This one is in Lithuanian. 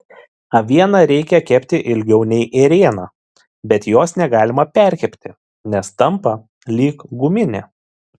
avieną reikia kepti ilgiau nei ėrieną bet jos negalima perkepti nes tampa lyg guminė